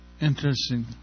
Interesting